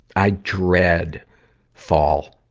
i dread fall.